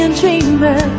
dreamer